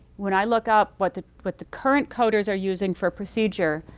when i look up, what the what the current coders are using for a procedure,